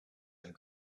and